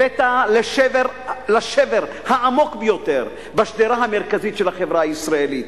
הבאת לשבר העמוק ביותר בשדרה המרכזית של החברה הישראלית.